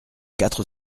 quatre